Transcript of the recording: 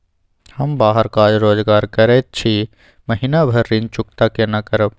हम बाहर काज रोजगार करैत छी, महीना भर ऋण चुकता केना करब?